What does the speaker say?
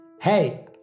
Hey